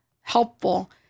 helpful